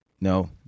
No